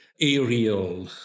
aerial